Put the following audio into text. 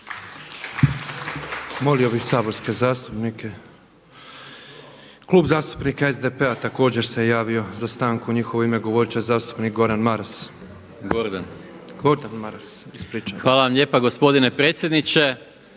Hvala lijepo gospodine predsjedniče